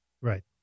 Right